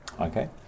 okay